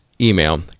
email